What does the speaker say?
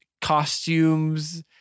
costumes